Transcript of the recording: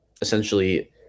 essentially